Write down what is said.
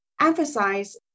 emphasize